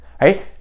right